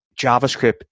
JavaScript